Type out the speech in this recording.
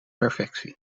perfectie